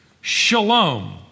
shalom